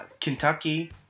Kentucky